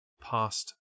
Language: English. past